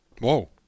Whoa